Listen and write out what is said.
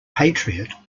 patriot